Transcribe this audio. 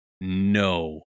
no